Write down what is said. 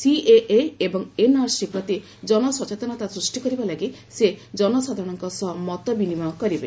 CAA ଏବଂ NRC ପ୍ରତି ଜନସଚେତନତା ସୃଷ୍ଟି କରିବା ଲାଗି ସେ ଜନସାଧାରଣଙ୍କ ସହ ମତ ବିନିମୟ କରିବେ